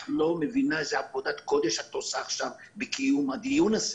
את לא מבינה איזו עבודת קודש את עושה עכשיו בקיום הדיון הזה,